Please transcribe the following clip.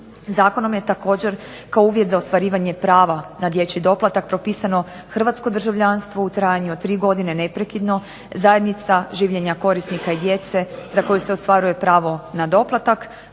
Zakonom je također kao uvjet za ostvarivanje prava na dječji doplatak propisano hrvatsko državljanstvo u trajanju od 3 godine neprekidno zajednica življenja korisnika i djece Za koju se ostvaruje pravo na doplatak,